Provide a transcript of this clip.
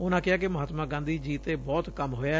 ਉਨੂਾ ਕਿਹਾ ਕਿ ਮਹਾਤਮਾ ਗਾਂਧੀ ਜੀ ਤੇ ਬਹੁਤ ਕੰਮ ਹੋਇਐ